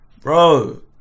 bro